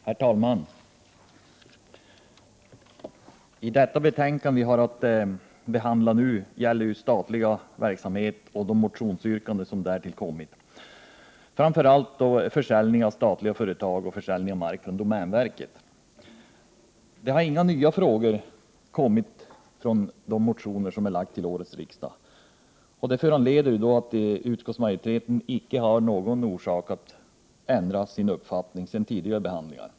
Herr talman! Det betänkande som vi nu har att behandla gäller ju statlig verksamhet — och de motionsyrkanden som tillkommit, framför allt om försäljning av statliga företag och om försäljning av mark från domänverket. Inga nya frågor har tagits upp i de motioner som väckts till årets riksdag. Utskottsmajoriteten har därför inte haft någon orsak att ändra sin uppfattning sedan tidigare behandlingar.